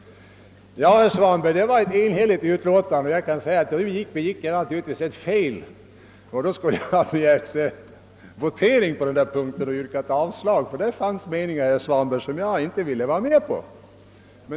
Ja, herr Svanberg, det var ett enhälligt utlåtande, och jag kan säga att jag kanske begick ett fel. Jag skulle ha yrkat avslag och begärt votering, ty där fanns vissa meningar, herr Svanberg, som jag inte ville vara med om.